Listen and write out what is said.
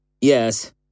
Yes